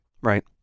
Right